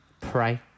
pray